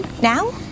Now